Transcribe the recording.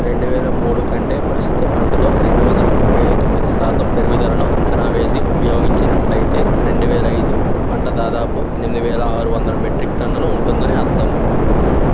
రెండు వేల మూడు కంటే ప్రస్తుత పంటలో రెండు వందల ముప్పై తొమ్మిది శాతం పెరుగుదలను అంచనా వేసి ఉపయోగించినట్లయితే రెండు వేల ఐదు పంట దాదాపు ఎనిమిది వేల ఆరువందల మెట్రిక్ టన్నులు ఉంటుందని అర్ధం